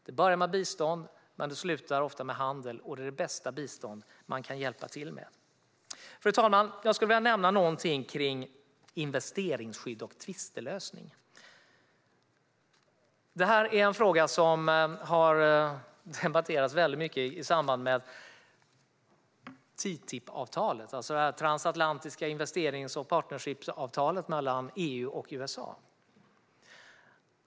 Det börjar med bistånd men slutar ofta med handel, och det är det bästa bistånd man kan hjälpa till med. Fru talman! Jag skulle vilja nämna någonting om investeringsskydd och tvistlösning. Detta är en fråga som har debatterats mycket i samband med TTIP-avtalet, det transatlantiska investerings och partnerskapsavtalet mellan EU och USA.